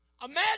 Imagine